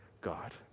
God